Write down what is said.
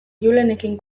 julenekin